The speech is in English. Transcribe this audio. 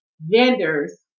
vendors